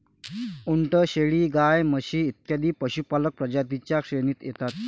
उंट, शेळी, गाय, म्हशी इत्यादी पशुपालक प्रजातीं च्या श्रेणीत येतात